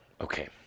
Okay